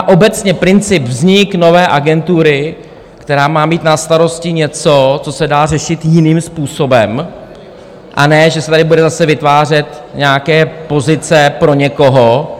Obecně princip vznik nové agentury, která má na starosti něco, co se dá řešit jiným způsobem, a ne že se tady zase budou vytvářet nějaké pozice pro někoho.